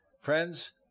Friends